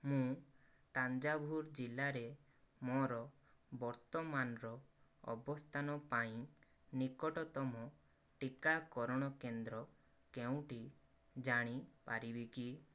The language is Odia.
ମୁଁ ତାଞ୍ଜାଭୁର ଜିଲ୍ଲାରେ ମୋ'ର ବର୍ତ୍ତମାନର ଅବସ୍ଥାନ ପାଇଁ ନିକଟତମ ଟିକାକରଣ କେନ୍ଦ୍ର କେଉଁଟି ଜାଣିପାରିବି କି